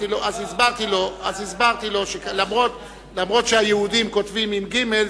אז הסברתי לו שלמרות שהיהודים כותבים עם גימ"ל,